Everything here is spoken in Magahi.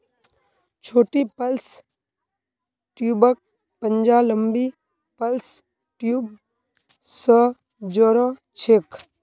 छोटी प्लस ट्यूबक पंजा लंबी प्लस ट्यूब स जो र छेक